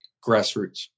Grassroots